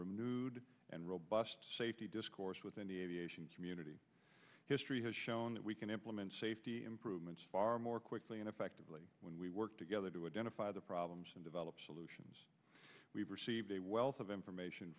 renewed and robust safety discourse within the aviation community history has shown that we can implement safety improvements far more quickly and effectively when we work together to identify the problems and develop solutions we've received a wealth of information